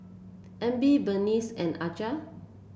Emmy Berneice and Aja